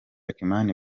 kimani